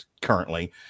currently